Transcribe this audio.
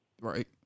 Right